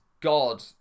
god